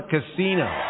Casino